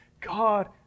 God